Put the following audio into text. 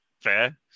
fair